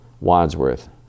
Wadsworth